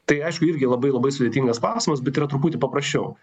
tai aišku irgi labai labai sudėtingas klausimas bet yra truputį paprasčiau